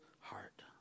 heart